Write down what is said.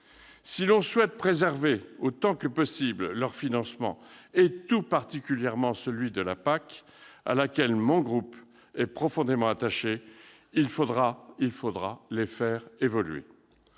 Si l'on souhaite préserver autant que possible leur financement- tout particulièrement celui de la PAC, à laquelle mon groupe est profondément attaché -, il faudra les faire évoluer.